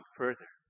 further